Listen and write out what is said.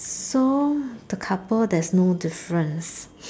so the couple there's no difference